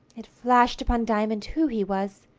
it flashed upon diamond who he was.